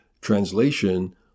translation